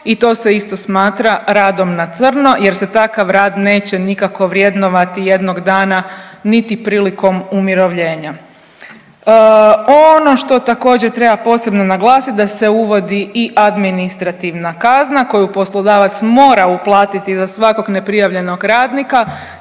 i to se isto smatra radom na crno jer se takav rad neće nikako vrjednovati jednog dana niti prilikom umirovljenja. Ono što također treba posebno naglasit da se uvodi i administrativna kazna koju poslodavac mora uplatiti za svakog neprijavljenog radnika